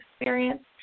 experience